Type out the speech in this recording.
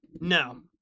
No